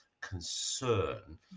concern